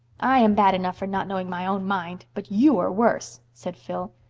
i am bad enough for not knowing my own mind, but you are worse, said phil.